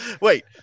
Wait